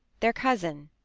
their cosin,